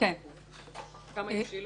כמה הבשילו